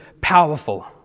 powerful